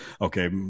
Okay